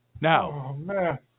Now